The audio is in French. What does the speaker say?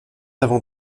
avant